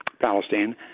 Palestine